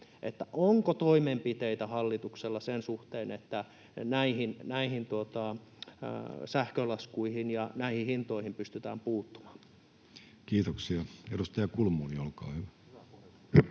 toimenpiteitä sen suhteen, että näihin sähkölaskuihin ja näihin hintoihin pystytään puuttumaan? Kiitoksia. — Edustaja Kulmuni, olkaa hyvä.